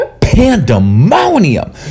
pandemonium